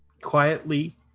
Quietly